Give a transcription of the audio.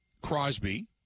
Crosby